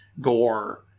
gore